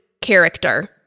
character